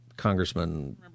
congressman